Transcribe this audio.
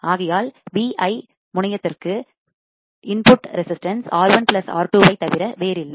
ஆகையால் Vi முனையத்திற்குடெர்மினல் terminal உள்ளீட்டு இன்புட் எதிர்ப்பு ரெசிஸ்டன்ஸ் R1 R2 ஐத் தவிர வேறில்லை